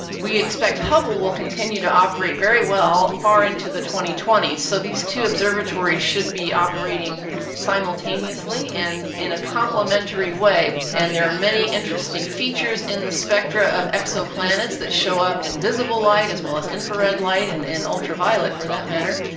we expect hubble will continue to operate very well, far into the twenty twenty s. so these two observatories should be operating simultaneously and in a complimentary way, and there are many interesting features in the spectra of exoplanets that show up in visible light as well as infrared light and and ultraviolet, for that matter.